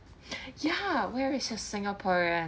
ya where is a singaporean